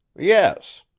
yes.